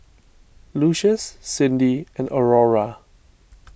Lucius Cyndi and Aurora